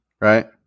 right